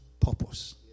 purpose